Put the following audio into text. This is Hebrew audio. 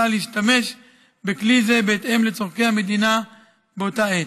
להשתמש בכלי זה בהתאם לצורכי המדינה באותה העת.